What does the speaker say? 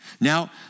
Now